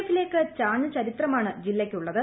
എഫിലേക്ക് ചാഞ്ഞ ചരിത്രമാണ് ജില്ലക്കുള്ളത്